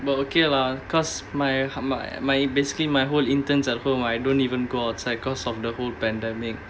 but okay lah because my my my basically my whole intern's at home I don't even go outside because of the whole pandemic